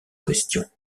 question